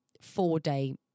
four-day